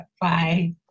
bye